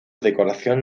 decoración